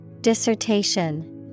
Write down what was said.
Dissertation